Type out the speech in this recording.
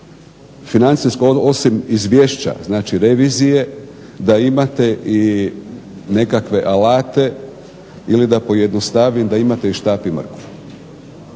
bih da osim izvješća, znači revizije da imate i nekakve alate ili da pojednostavim da imate i štap i mrkvu,